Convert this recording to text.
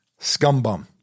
Scumbum